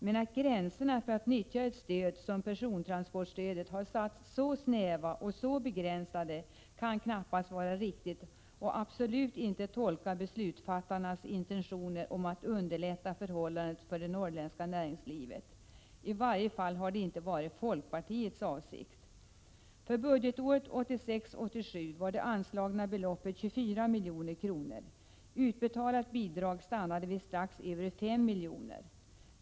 Men att reglerna för att nyttja ett sådant stöd som persontransportstödet har gjorts så snäva och så begränsade som nu är fallet kan knappast vara riktigt och kan absolut inte tolka beslutsfattarnas intentioner att underlätta förhållandet för det norrländska näringslivet. I varje fall har det inte varit folkpartiets avsikt. För budgetåret 1986/87 var det anslagna beloppet 24 milj.kr. Utbetalat bidrag stannade vid strax över 5 milj.kr.